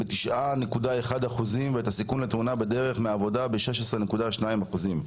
ב-9.1 אחוזים ואת הסיכון לתאונה בדרך מהעבודה ב-16.2 אחוזים".